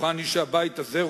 בטוחני שהבית הזה,